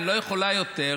אני לא יכולה יותר.